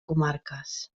comarques